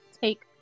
take